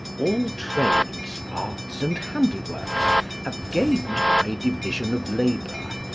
all trades, arts, and handiworks have gained by division of labour,